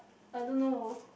I don't know